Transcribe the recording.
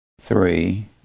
three